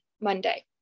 Monday